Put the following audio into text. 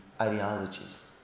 ideologies